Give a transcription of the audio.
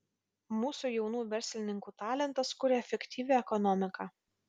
mūsų jaunų verslininkų talentas kuria efektyvią ekonomiką